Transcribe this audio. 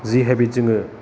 जि habit जोङो